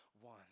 one